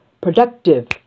productive